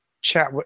chat